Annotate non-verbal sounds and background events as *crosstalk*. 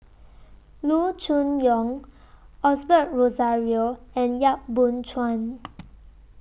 Loo Choon Yong Osbert Rozario and Yap Boon Chuan *noise*